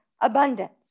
abundance